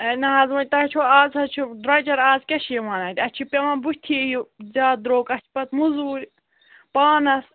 ہے نہَ حظ وۅنۍ تۄہہِ چھُو اَز حظ چھُ درٛۄجَر اَز کیٛاہ چھِ یِوان اَتہِ اَسہِ چھِ پیٚوان بُتھی یہِ زیادٕ درٛۅگ اَسہِ چھِ پَتہٕ موٚزوٗرۍ پانَس